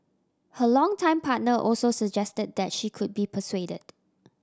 her longtime partner also suggested that she could be persuaded